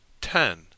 ten